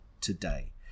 today